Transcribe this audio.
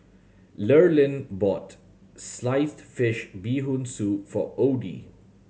Lurline bought sliced fish Bee Hoon Soup for Odie